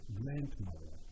grandmother